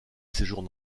séjourne